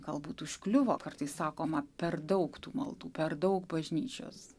galbūt užkliuvo kartais sakoma per daug tų maldų per daug bažnyčios